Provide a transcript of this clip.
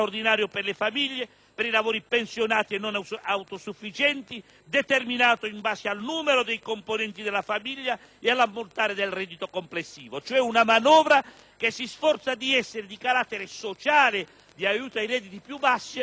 famiglie, i pensionati e i non autosufficienti, determinato in base al numero dei componenti della famiglia e all'ammontare del reddito complessivo. La manovra si sforza quindi di avere carattere sociale, di essere di aiuto ai redditi più bassi e, insieme,